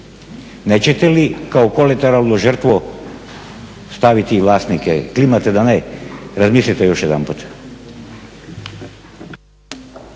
nećete li kao … žrtvu staviti i vlasnike? Klimate da ne. Razmislite još jedanput.